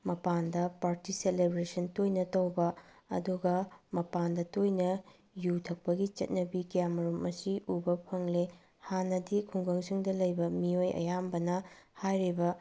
ꯃꯄꯥꯟꯗ party celebration ꯇꯣꯏꯅ ꯇꯧꯕ ꯑꯗꯨꯒ ꯃꯄꯥꯟꯗ ꯇꯣꯏꯅ ꯌꯨ ꯊꯛꯄꯒꯤ ꯆꯠꯅꯕꯤ ꯀꯌꯥ ꯃꯔꯨꯝ ꯑꯁꯤ ꯎꯕ ꯐꯪꯂꯦ ꯍꯥꯟꯅꯗꯤ ꯈꯨꯡꯒꯪꯁꯤꯡꯗ ꯂꯩꯕ ꯃꯤꯑꯣꯏ ꯑꯌꯥꯝꯕꯅ ꯍꯥꯏꯔꯤꯕ